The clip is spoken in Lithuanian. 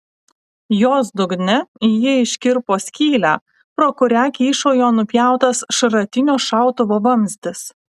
jos dugne ji iškirpo skylę pro kurią kyšojo nupjautas šratinio šautuvo vamzdis